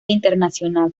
internacional